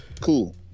cool